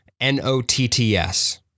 N-O-T-T-S